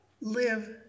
live